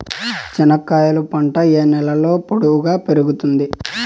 చెనక్కాయలు పంట ఏ నేలలో పొడువుగా పెరుగుతుంది?